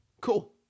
Cool